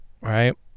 right